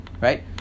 Right